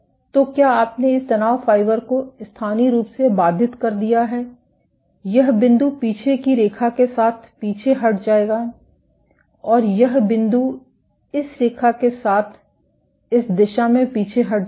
तो क्या आपने इस तनाव फाइबर को स्थानीय रूप से बाधित कर दिया है यह बिंदु पीछे की रेखा के साथ पीछे हट जाएगा और यह बिंदु इस रेखा के साथ इस दिशा में पीछे हट जाएगा